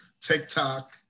tiktok